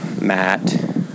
Matt